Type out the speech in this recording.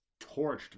torched